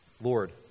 Lord